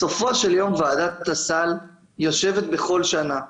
בסופו של יום, ועדת הסל יושבת בכל שנה,